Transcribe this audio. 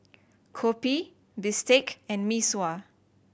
kopi bistake and Mee Sua